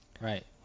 Right